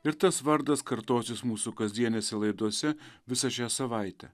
ir tas vardas kartosis mūsų kasdienėse laidose visą šią savaitę